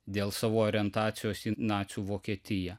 dėl savo orientacijos į nacių vokietiją